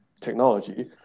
technology